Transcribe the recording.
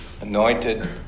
anointed